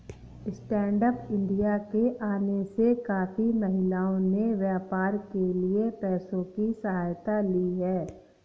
stand up India के आने से काफी महिलाओं ने व्यापार के लिए पैसों की सहायता ली है